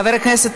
נכון, גברתי?